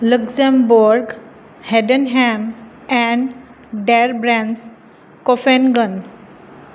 Luxembourg ਹੈਡਨਹੈਮ and ਡੈਲਬ੍ਰੈਨ ਕੋਫਨਗੰਨ